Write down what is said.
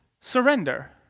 surrender